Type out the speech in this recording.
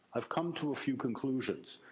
i've come to a few conclusions.